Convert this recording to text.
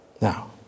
Now